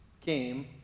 came